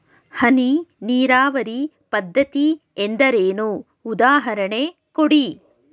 ಹನಿ ನೀರಾವರಿ ಪದ್ಧತಿ ಎಂದರೇನು, ಉದಾಹರಣೆ ಕೊಡಿ?